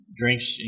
drinks